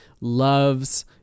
loves